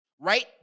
Right